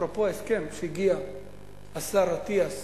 אפרופו ההסכם שהגיע אליו השר אטיאס